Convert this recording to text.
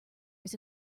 his